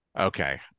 okay